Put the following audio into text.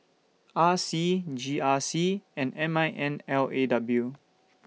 R C G R C and M I N L A W